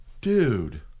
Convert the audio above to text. dude